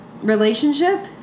relationship